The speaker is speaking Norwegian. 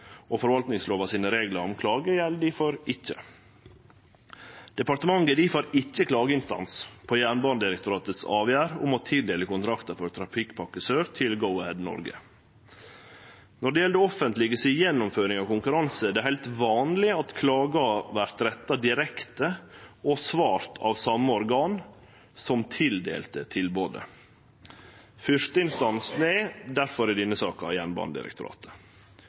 i forvaltningslova om klage gjeld difor ikkje. Departementet er difor ikkje klageinstans for Jernbanedirektoratets avgjerd om å tildele kontrakten for Trafikkpakke 1 Sør til Go-Ahead Norge. Når det gjeld det offentlege si gjennomføring av konkurranse, er det heilt vanleg at klager vert retta direkte til og vert svara på av det same organet som tildelte anbodet. Førsteinstansen i denne saka